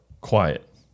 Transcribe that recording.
quiet